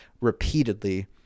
repeatedly